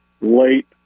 late